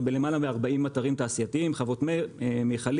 בלמעלה מ-40 אתרים תעשייתיים חוות מיכלים,